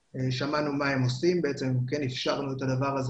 שמענו מה עושים ב-מסע וכן אפשרנו את דבר הזה